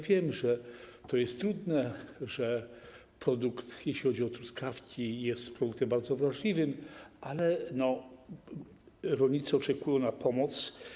Wiem, że to jest trudne, że ten produkt - chodzi o truskawki - jest produktem bardzo wrażliwym, ale rolnicy oczekują na pomoc.